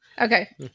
Okay